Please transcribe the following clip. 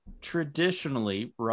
traditionally